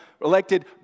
elected